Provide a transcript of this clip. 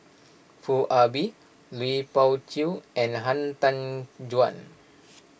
Foo Ah Bee Lui Pao Chuen and Han Tan Juan